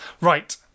Right